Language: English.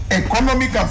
economic